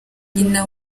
nyina